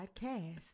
podcast